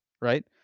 right